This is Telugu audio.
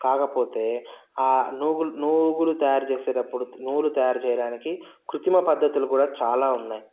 కాకపోతే ఆ నూగులు నూగులు తయారు చేసేటప్పుడు నూలు తయారు చేయడానికి కృత్రిమ పద్దతులు కూడా చాలా ఉన్నాయి